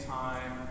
time